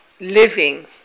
living